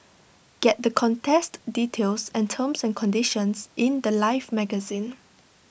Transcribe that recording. get the contest details and terms and conditions in The Life magazine